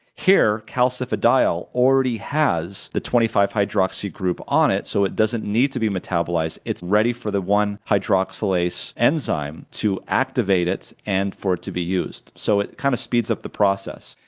here, calcifidiol already has the twenty five hydroxy group on it, so it doesn't need to be metabolized, it's ready for the one hydroxylase enzyme to activate it and for it to be used. so it kind of speeds up the process,